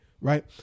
right